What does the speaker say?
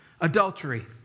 adultery